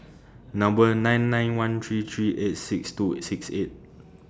Number nine nine one three three eight six two six eight